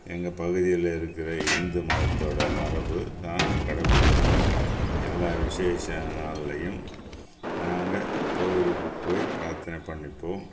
எங்கள் பகுதியில் இருக்கிற இந்து மதத்தோடய மரபு தான் கடை படிக்கிறோம் எல்லா விஷேஷ நாள்லேயும் நாங்கள் கோவிலுக்கு போய் பிராத்தனை பண்ணிப்போம்